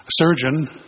surgeon